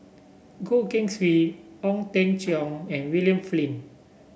Goh Keng Swee Ong Teng Cheong and William Flint